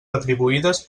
retribuïdes